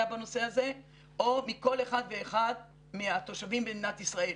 בנושא הזה או מכל אחד ואחד מהתושבים במדינת ישראל.